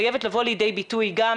חייבת לבוא לידי ביטוי גם